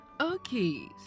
okay